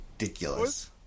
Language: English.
Ridiculous